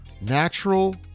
natural